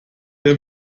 der